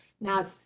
now